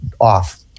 off